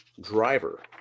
driver